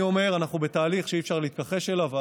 אני אומר שאנחנו בתהליך שאי-אפשר להתכחש אליו,